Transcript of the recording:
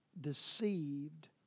deceived